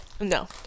No